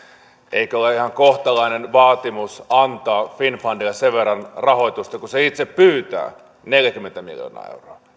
eikö ole ihan kohtalainen vaatimus antaa finnfundille sen verran rahoitusta kuin se itse pyytää neljäkymmentä miljoonaa euroa